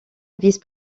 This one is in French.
vice